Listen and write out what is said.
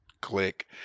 click